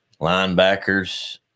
linebackers